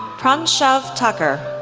pranshav thakkar,